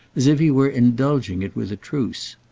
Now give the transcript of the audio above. as if he were indulging it with a truce.